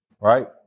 right